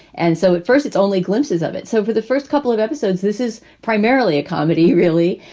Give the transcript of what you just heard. and so at first it's only glimpses of it. so for the first couple of episodes, this is primarily a comedy, really.